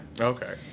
Okay